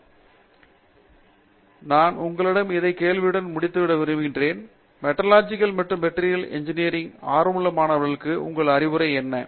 பேராசிரியர் பிரதாப் ஹரிதாஸ் சரி நான் உங்களிடம் இந்தக் கேள்வியுடன் முடித்துவிட விரும்புகிறேன் மெட்டாலர்ஜிகல் மற்றும் மெட்டீரியல் இன்ஜினியரில் ஆர்வமுள்ள மாணவருக்கு உங்கள் அறிவுரை என்ன